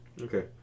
Okay